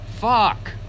Fuck